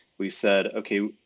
we've said, okay,